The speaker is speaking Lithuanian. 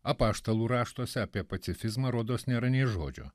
apaštalų raštuose apie pacifizmą rodos nėra nė žodžio